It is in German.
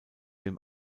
dem